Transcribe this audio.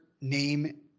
name